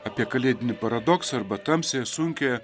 apie kalėdinį paradoksą arba tamsią sunkią